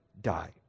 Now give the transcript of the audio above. die